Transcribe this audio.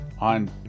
on